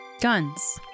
Guns